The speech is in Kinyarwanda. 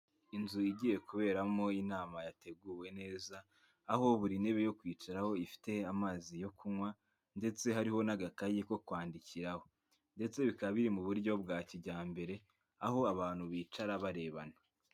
Inzu igiye kuberamo inama yateguwe neza, aho buri ntebe yo kwicaraho ifite amazi yo kunywa, ndetse hariho n'agakayi ko kwandikiraho, ndetse bikaba biri mu buryo bwa kijyambere, aho abantu bicara barebana.